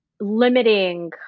limiting